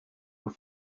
room